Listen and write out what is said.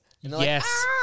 Yes